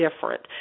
different